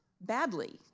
badly